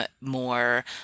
more